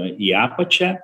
į apačią